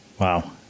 Wow